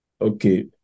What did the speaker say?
Okay